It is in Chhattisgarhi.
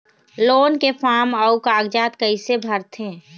लोन के फार्म अऊ कागजात कइसे भरथें?